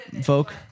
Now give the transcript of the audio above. folk